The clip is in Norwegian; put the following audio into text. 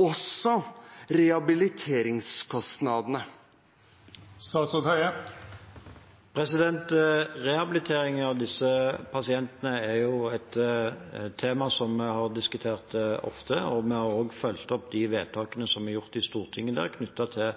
også rehabiliteringskostnadene? Rehabilitering av disse pasientene er et tema vi har diskutert ofte. Vi har også fulgt opp de vedtakene som er gjort i Stortinget knyttet til